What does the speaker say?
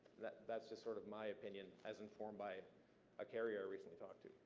that's just sort of my opinion as informed by a carrier recently talked to.